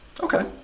Okay